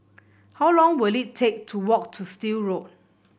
how long will it take to walk to Still Road